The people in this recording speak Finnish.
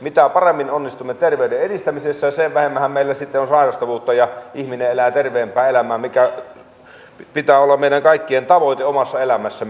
mitä paremmin onnistumme terveyden edistämisessä sen vähemmänhän meillä on sitten sairastavuutta ja ihminen elää terveempää elämää minkä pitää olla meidän kaikkien tavoite omassa elämässämme